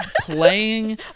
playing